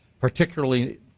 particularly